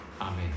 Amen